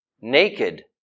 Naked